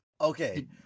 Okay